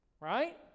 right